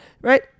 Right